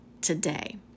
today